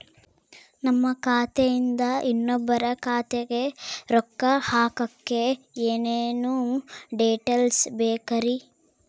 ನಮ್ಮ ಖಾತೆಯಿಂದ ಇನ್ನೊಬ್ಬರ ಖಾತೆಗೆ ರೊಕ್ಕ ಹಾಕಕ್ಕೆ ಏನೇನು ಡೇಟೇಲ್ಸ್ ಬೇಕರಿ?